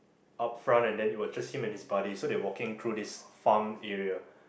up front and then it was just him and his buddy so they walking through this farm area